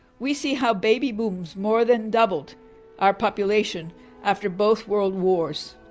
we see how baby booms more than doubled our population after both world wars.